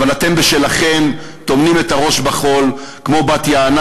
אבל אתם בשלכם: טומנים את הראש בחול כמו בת-יענה.